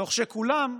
תוך שכולם,